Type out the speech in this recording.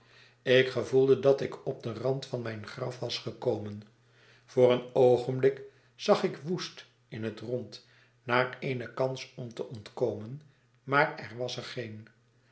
ik gevoelde dat ik op den rand van mijn graf was gekomen voor een oogenblik zag ik woest in het rond naar eene kans om te ontkomen maar er was er geen